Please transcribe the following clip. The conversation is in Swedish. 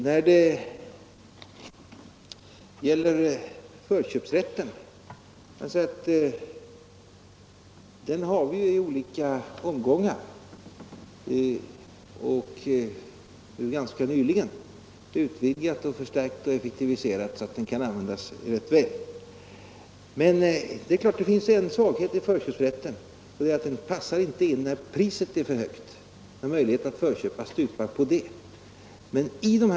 När det gäller förköpsrätten vill jag erinra om att vi i olika omgångar — även ganska nyligen — har utvidgat, förstärkt och effektiviserat den så att den kan användas rätt väl. Men det finns en svaghet i förköpsrätten och det är att den passar inte in när möjligheten till förköp stupar på att priset är för högt.